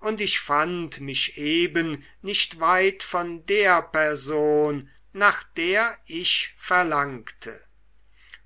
und ich fand mich eben nicht weit von der person nach der ich verlangte